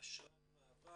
אשרת מעבר